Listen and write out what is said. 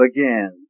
Again